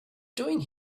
doing